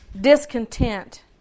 discontent